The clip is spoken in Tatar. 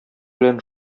белән